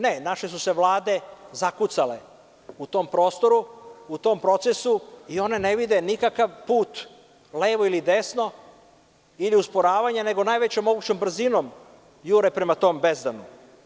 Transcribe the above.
Ne, naše su se vlade zakucale u tom prostoru, u tom procesu i one ne vide nikakav put levo ili desno ili usporavanja, nego najvećom mogućom brzinom jure prema tom bezdanu.